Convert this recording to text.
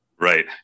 Right